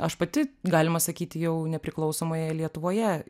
aš pati galima sakyti jau nepriklausomoje lietuvoje